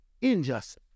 injustice